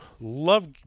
love